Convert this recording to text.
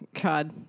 God